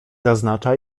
zaznacza